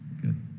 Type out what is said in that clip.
Good